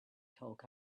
talk